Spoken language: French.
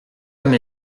comme